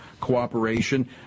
Cooperation